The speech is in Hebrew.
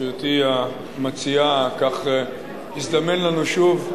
גברתי המציעה, כך הזדמן לנו שוב,